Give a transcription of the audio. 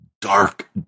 dark